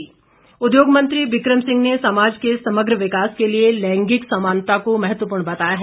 बिक्रम सिंह उद्योग मंत्री बिक्रम सिंह ने समाज के समग्र विकास के लिए लैंगिक समानता को महत्वपूर्ण बताया है